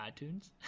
iTunes